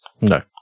No